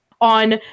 on